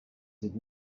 did